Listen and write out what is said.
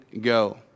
go